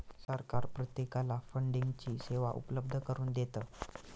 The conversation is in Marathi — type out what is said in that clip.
सरकार प्रत्येकाला फंडिंगची सेवा उपलब्ध करून देतं